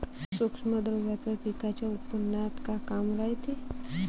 सूक्ष्म द्रव्याचं पिकाच्या उत्पन्नात का काम रायते?